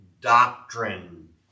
doctrine